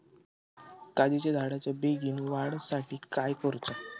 काजीच्या झाडाच्या बेगीन वाढी साठी काय करूचा?